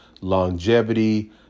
longevity